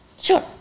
Sure